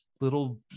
little